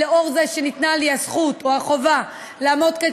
ולאור זה שניתנה לי הזכות או החובה לעמוד כאן